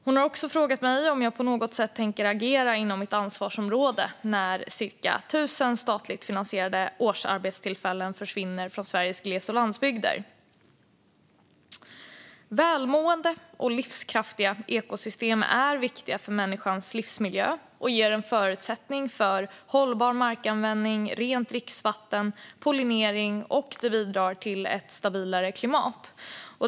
Hon har också frågat mig om jag på något sätt tänker agera inom mitt ansvarsområde när cirka 1 000 statligt finansierade årsarbetstillfällen försvinner från Sveriges gles och landsbygder. Välmående och livskraftiga ekosystem är viktiga för människans livsmiljö och ger förutsättningar för hållbar markanvändning, rent dricksvatten och pollinering. Det bidrar också till ett stabilare klimat.